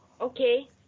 okay